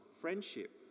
friendship